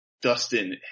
dustin